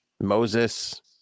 moses